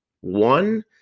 One